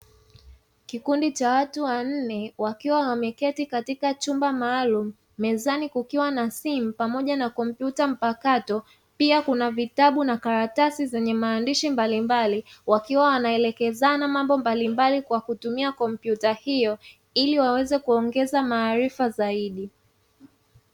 Kikundi cha watu wanne wakiwa wameketi katika chumba maalum mezani kukiwa na simu pamoja na kompyuta mpakato pia kuna vitabu na karatasi zenye maandishi mbalimbali wakiwa wanaelekezana mambo mbalimbali kwa kutumia kompyuta hiyo ili waweze kuongeza maarifa zaidi.